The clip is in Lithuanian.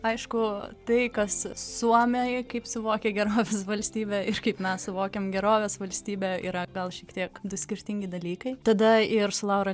aišku tai kas suomiai kaip suvokia gerovės valstybę ir kaip mes suvokiam gerovės valstybę yra gal šiek tiek du skirtingi dalykai tada ir su laura